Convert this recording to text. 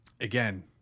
again